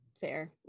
Fair